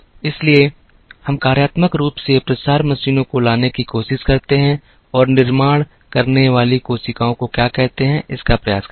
इसलिए हम कार्यात्मक रूप से प्रसार मशीनों को लाने की कोशिश करते हैं और निर्माण करने वाली कोशिकाओं को क्या कहते हैं इसका प्रयास करते हैं